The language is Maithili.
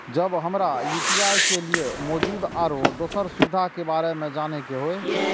जब हमरा यू.पी.आई के लिये मौजूद आरो दोसर सुविधा के बारे में जाने के होय?